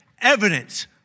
evidence